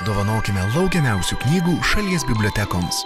dovanokime laukiamiausių knygų šalies bibliotekoms